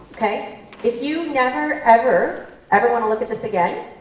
if you never, ever ever want to look at this again,